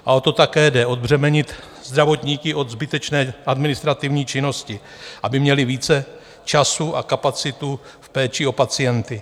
A o to také jde, odbřemenit zdravotníky od zbytečné administrativní činnosti, aby měli více času a kapacitu v péči o pacienty.